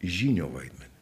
žynio vaidmenį